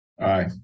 Aye